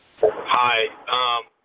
Hi